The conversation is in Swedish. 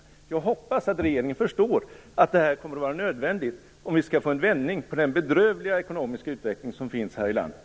Men jag hoppas att regeringen förstår att det här kommer att vara nödvändigt om vi skall få en vändning i den bedrövliga ekonomiska utveckling som vi har här i landet.